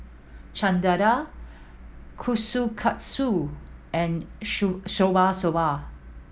Chana Dal Kushikatsu and Shabu Shabu